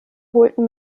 holten